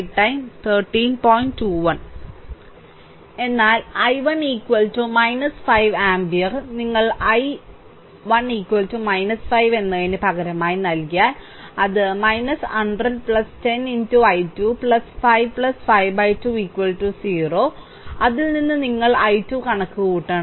എന്നാൽ i1 5 ampere നിങ്ങൾ i i1 5 എന്നതിന് പകരമായി നൽകിയാൽ അത് 100 10 i2 5 52 0 അതിൽ നിന്ന് നിങ്ങൾ i2 കണക്കുകൂട്ടണം